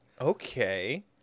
Okay